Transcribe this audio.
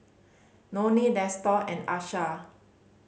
Donnie Nestor and Asha